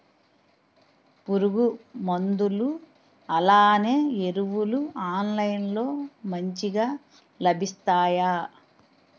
పురుగు మందులు అలానే ఎరువులు ఆన్లైన్ లో మంచిగా లభిస్తాయ?